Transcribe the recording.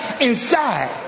inside